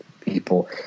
people